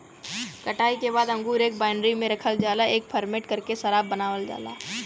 कटाई के बाद अंगूर एक बाइनरी में रखल जाला एके फरमेट करके शराब बनावल जाला